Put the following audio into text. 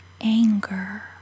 anger